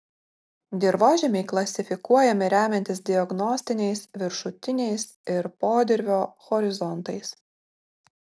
dirvožemiai klasifikuojami remiantis diagnostiniais viršutiniais ir podirvio horizontais